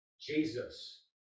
Jesus